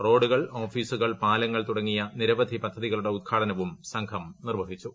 റോഡുകൾ ഓഫീസുകൾ പാലങ്ങൾ തുടങ്ങിയ നിരവധി പദ്ധതികളുടെ ഉദ്ഘാടനവും സംഘം നിർവഹിച്ചു